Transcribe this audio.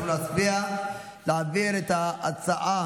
אנחנו נצביע להעביר את ההצעה